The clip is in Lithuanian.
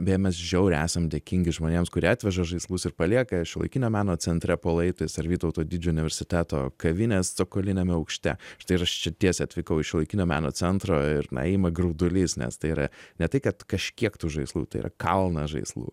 beje mes žiauriai esam dėkingi žmonėms kurie atveža žaislus ir palieka šiuolaikinio meno centre po laiptais ar vytauto didžiojo universiteto kavinės cokoliniame aukšte štai ir aš čia tiesiai atvykau į šiuolaikinio meno centro ir na ima graudulys nes tai yra ne tai kad kažkiek tų žaislų tai yra kalnas žaislų